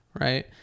right